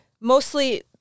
mostly